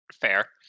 fair